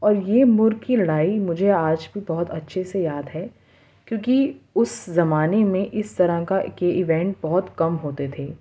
اور یہ مرغ کی لڑائی مجھے آج بھی بہت اچھے سے یاد ہے کیونکہ اس زمانے میں اس طرح کے ایونٹ بہت کم ہوتے تھے